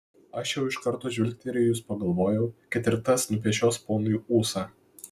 aš jau iš karto žvilgterėjus pagalvojau kad ir tas nupešios ponui ūsą